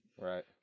Right